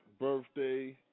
birthday